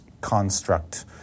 construct